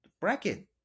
bracket